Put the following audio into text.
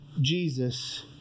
Jesus